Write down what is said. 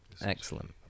Excellent